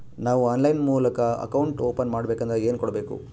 ನಾವು ಆನ್ಲೈನ್ ಮೂಲಕ account open ಮಾಡಬೇಂಕದ್ರ ಏನು ಕೊಡಬೇಕು?